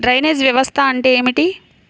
Drainage వ్యవస్థ అంటే ఏమిటి?